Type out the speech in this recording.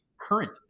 current